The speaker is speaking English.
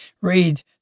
Read